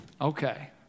okay